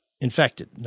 Infected